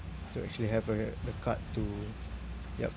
to actually have a the card to yup